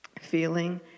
feeling